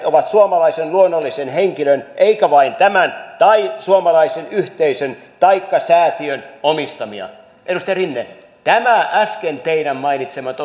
ovat suomalaisen luonnollisen henkilön eikä vain tämän tai suomalaisen yhteisön taikka säätiön omistamia edustaja rinne tämä teidän äsken mainitsemanne